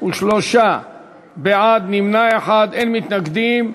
53 בעד, נמנע אחד, אין מתנגדים.